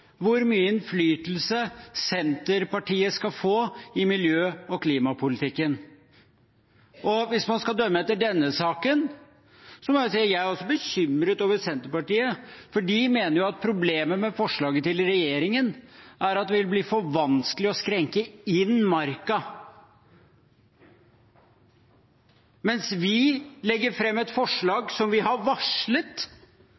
hvor mye innflytelse Senterpartiet skal få i miljø- og klimapolitikken. Hvis man skal dømme etter denne saken, er jeg også bekymret over Senterpartiet, for de mener at problemet med forslaget fra regjeringen er at det vil bli for vanskelig å innskrenke Marka, mens vi legger fram et